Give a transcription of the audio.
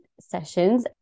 sessions